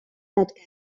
that